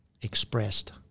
expressed